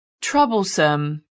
Troublesome